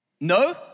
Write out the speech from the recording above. No